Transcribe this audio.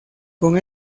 con